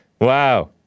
Wow